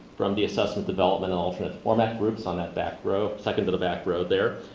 from the assessment development alternate format groups on that back row, second to the back row there.